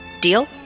Deal